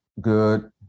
good